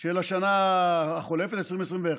של השנה החולפת, 2021,